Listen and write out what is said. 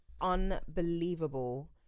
Unbelievable